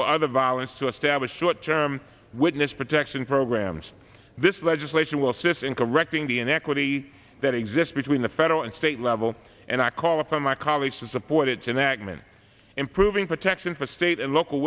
or other violence to establish short term witness protection programs this legislation will assist in correcting the inequity that exists between the federal and state level and i call upon my colleagues to support it's in that mn improving protection for state and local